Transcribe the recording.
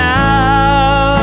now